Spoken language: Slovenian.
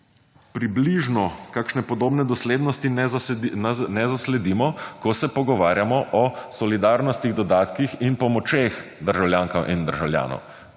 približno kakšne podobne doslednosti ne zasledimo, ko se pogovarjamo o solidarnostnih dodatkih in pomočeh državljankam in državljanom.